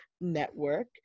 network